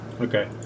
Okay